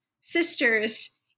sisters